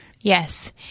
Yes